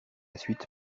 suite